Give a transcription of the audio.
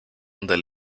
del